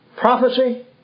Prophecy